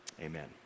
Amen